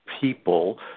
people